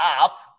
up